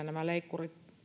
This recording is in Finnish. nämä leikkurit